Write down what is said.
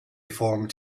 formed